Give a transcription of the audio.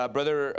Brother